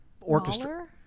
orchestra